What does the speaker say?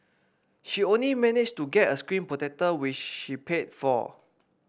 she only managed to get a screen protector which she paid for